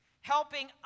helping